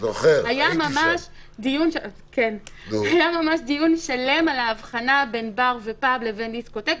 היה ממש דיון שלם על ההבחנה בין בר ופאב לבין דיסקוטק.